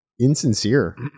insincere